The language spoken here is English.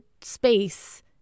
space